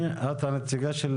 את נציגה של